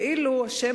כאילו השם,